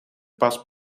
pas